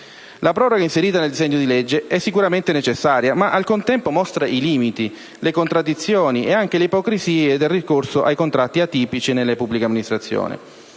La proroga inserita nel decreto-legge è sicuramente necessaria, ma al contempo mostra i limiti, le contraddizioni e anche le ipocrisie del ricorso ai contratti atipici nelle pubbliche amministrazioni.